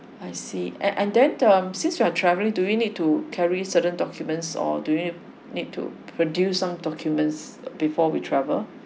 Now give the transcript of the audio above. I see and and then um since we are travelling do we need to carry certain documents or do we need need to produce some documents before we travel